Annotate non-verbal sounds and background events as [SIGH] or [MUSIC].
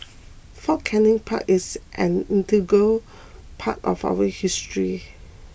Fort Canning Park is an integral [NOISE] part of our history